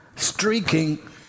streaking